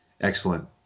Excellent